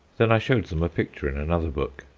then i showed them a picture in another book.